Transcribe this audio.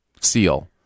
seal